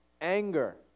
anger